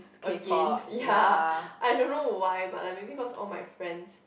again ya I don't know why but I maybe cause all my friends